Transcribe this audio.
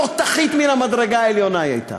תותחית מן המדרגה העליונה היא הייתה,